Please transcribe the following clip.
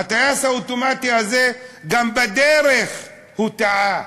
הטייס האוטומטי הזה, גם בדרך הוא טעה.